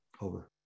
over